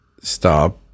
stop